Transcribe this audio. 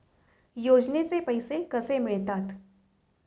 योजनेचे पैसे कसे मिळतात?